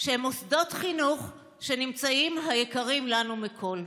שהם מוסדות חינוך שנמצאים בהם היקרים לנו מכול.